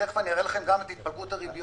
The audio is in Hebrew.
תיכף אני אראה לכם גם את התפלגות הריביות.